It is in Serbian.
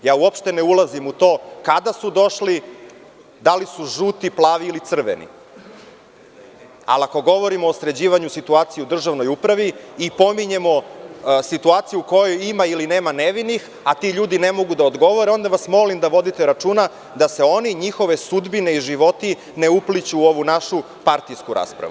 Uopšte ne ulazim u to kada su došli, da li su žuti, plavi ili crveni, ali ako govorimo o sređivanju situacije u državnoj upravi i pominjemo situaciju u kojoj ima ili nema nevinih, a ti ljudi ne mogu da odgovore, onda vas molim da vodite računa da se oni, njihove sudbine i životi ne upliću u ovu našu partijsku raspravu.